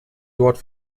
dort